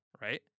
Right